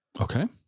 Okay